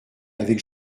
avec